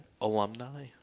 alumni